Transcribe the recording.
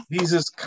Jesus